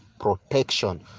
protection